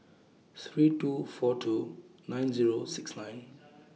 three two four two nine Zero six nine